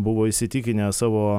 buvo įsitikinę savo